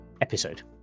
episode